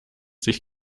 sich